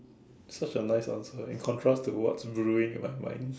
such a nice answer in contrast with what's brewing in my mind